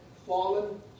fallen